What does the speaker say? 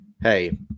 hey